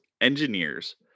engineers